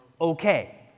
okay